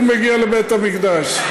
הוא מגיע לבית המקדש.